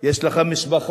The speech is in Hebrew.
יש לך משפחה,